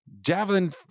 Javelin